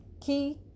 key